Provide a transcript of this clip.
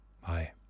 Bye